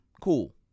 Cool